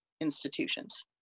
institutions